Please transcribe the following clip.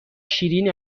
شیرین